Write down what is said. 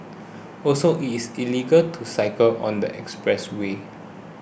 also it's illegal to cycle on the expressway